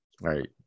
right